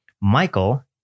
Michael